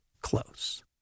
close